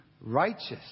righteous